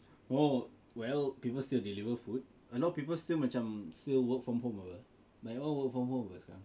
oh well people still deliver food a lot of people still macam still work from home [pe] banyak orang work from home [pe] sekarang lah